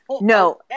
no